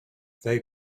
they